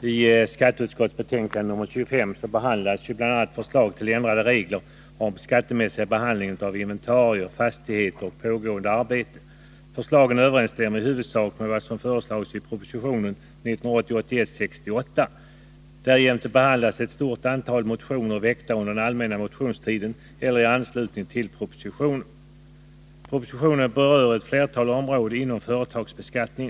I skatteutskottets betänkande nr 25 behandlas bl.a. förslag till ändrade regler om den skattemässiga behandlingen av inventarier, fastigheter och pågående arbeten. Förslagen överensstämmer i huvudsak med vad som föreslagits i proposition 1980/81:68. Därjämte behandlas ett stort antal motioner väckta under den allmänna motionstiden eller i anslutning till propositionen. Propositionen berör ett flertal områden inom företagsbeskattningen.